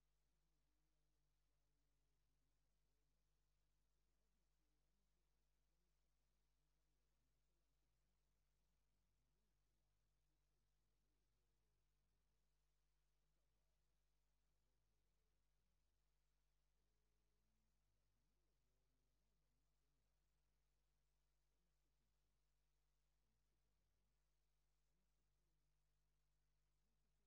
(הישיבה